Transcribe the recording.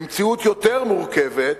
במציאות יותר מורכבת,